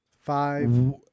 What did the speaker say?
five